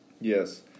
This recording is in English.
Yes